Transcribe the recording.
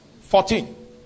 Fourteen